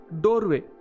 doorway